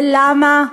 למה,